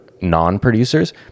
non-producers